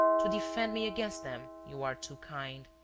to defend me against them? you are too kind!